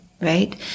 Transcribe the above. Right